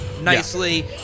nicely